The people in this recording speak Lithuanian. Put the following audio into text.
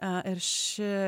ir ši